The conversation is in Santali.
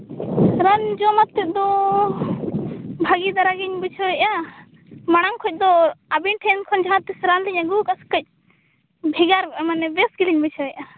ᱨᱟᱱ ᱡᱚᱢ ᱠᱟᱛᱮᱫ ᱫᱚ ᱵᱷᱟᱹᱜᱤ ᱫᱷᱟᱨᱟ ᱜᱤᱧ ᱵᱩᱡᱷᱟᱹᱣ ᱮᱫᱟ ᱢᱟᱲᱟᱝ ᱠᱷᱚᱱ ᱫᱚ ᱟᱹᱵᱤᱱ ᱴᱷᱮᱱ ᱠᱷᱚᱱ ᱡᱟᱦᱟᱸ ᱛᱤᱸᱥ ᱨᱟᱱ ᱞᱤᱧ ᱟᱹᱜᱩ ᱟᱠᱟᱫ ᱥᱮ ᱠᱟᱹᱡ ᱵᱷᱮᱜᱟᱨ ᱢᱟᱱᱮ ᱵᱮᱥ ᱜᱮᱞᱤᱧ ᱵᱩᱡᱷᱟᱹᱣ ᱮᱫᱟ